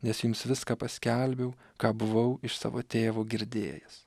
nes jums viską paskelbiau ką buvau iš savo tėvo girdėjęs